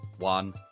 One